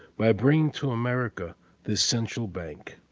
by bringing to america this central bank,